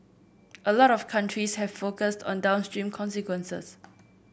a lot of countries have focused on downstream consequences